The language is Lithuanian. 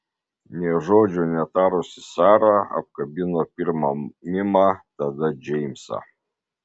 nė žodžio netarusi sara apkabino pirma mimą tada džeimsą